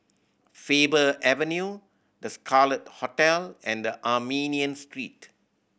Faber Avenue The Scarlet Hotel and Armenian Street